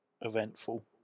eventful